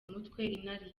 mutwe